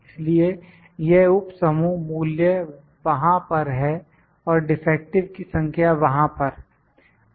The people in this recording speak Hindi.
इसलिए यह उप समूह मूल्य वहां पर है और डिफेक्टिव की संख्या वहां पर है